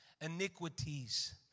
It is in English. Iniquities